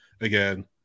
again